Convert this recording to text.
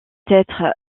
être